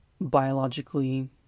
biologically